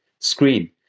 screen